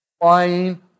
flying